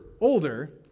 older